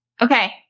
Okay